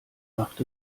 macht